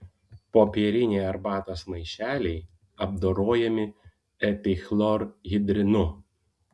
popieriniai arbatos maišeliai apdorojami epichlorhidrinu